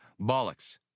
Bollocks